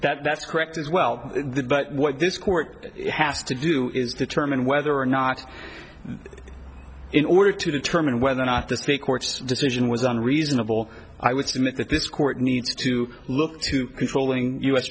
that that's correct as well but what this court has to do is determine whether or not in order to determine whether or not the state court's decision was unreasonable i would submit that this court needs to look to controlling u